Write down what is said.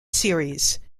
series